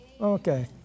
Okay